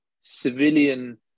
civilian